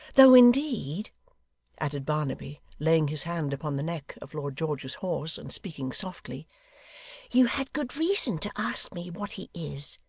though, indeed added barnaby, laying his hand upon the neck of lord george's horse, and speaking softly you had good reason to ask me what he is,